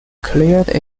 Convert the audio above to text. cleared